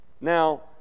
now